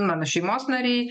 mano šeimos nariai